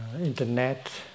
internet